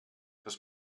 das